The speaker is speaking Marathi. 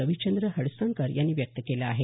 रविचंद्र हडसनकर यांनी व्यक्त केलं आहे